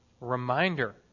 reminder